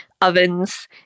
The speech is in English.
ovens